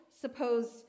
supposed